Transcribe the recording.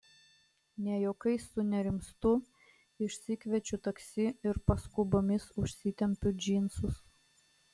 ne juokais sunerimstu išsikviečiu taksi ir paskubomis užsitempiu džinsus